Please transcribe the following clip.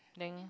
then